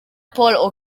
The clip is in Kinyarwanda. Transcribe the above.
paul